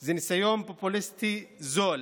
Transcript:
זה ניסיון פופוליסטי זול,